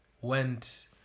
Went